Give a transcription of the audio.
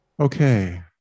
Okay